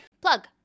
Plug